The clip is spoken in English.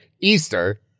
Easter